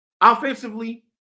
Offensively